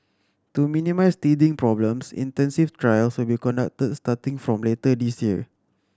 to minimise teething problems intensive trials will be conducted starting from later this year